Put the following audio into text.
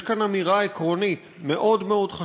יש כאן אמירה עקרונית חשובה מאוד מאוד: